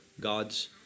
God's